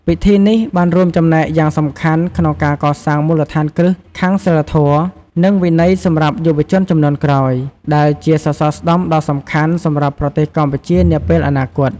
ពិធីនេះបានរួមចំណែកយ៉ាងសំខាន់ក្នុងការកសាងមូលដ្ឋានគ្រឹះខាងសីលធម៌ និងវិន័យសម្រាប់យុវជនជំនាន់ក្រោយ ដែលជាសសរស្តម្ភដ៏សំខាន់សម្រាប់ប្រទេសកម្ពុជានាពេលអនាគត។